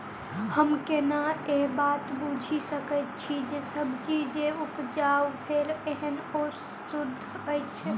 हम केना ए बात बुझी सकैत छी जे सब्जी जे उपजाउ भेल एहन ओ सुद्ध अछि?